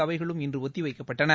அவைகளும் இன்று ஒத்திவைக்கப்பட்டன